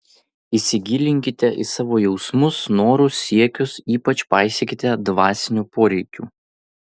įsigilinkite į savo jausmus norus siekius ypač paisykite dvasinių poreikių